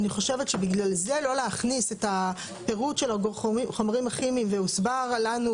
אני חושבת שבגלל זה לא להכניס את הפירוט של החומרים הכימיים והוסבר לנו,